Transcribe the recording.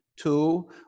two